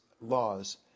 laws